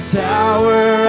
tower